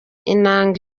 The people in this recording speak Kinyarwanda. inanga